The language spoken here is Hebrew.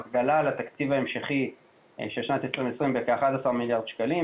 ההגדלה על התקציב ההמשכי של שנת 2020 זה כ-11 מיליארד שקלים.